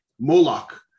Moloch